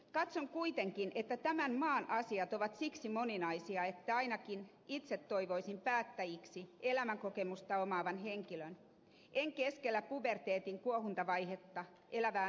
katson kuitenkin että tämän maan asiat ovat siksi moninaisia että ainakin itse toivoisin päättäjäksi elämänkokemusta omaavan henkilön en keskellä puberteetin kuohuntavaihetta elävää nuorta